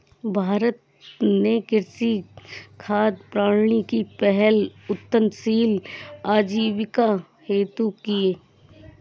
भारत ने कृषि खाद्य प्रणाली की पहल उन्नतशील आजीविका हेतु की